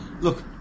Look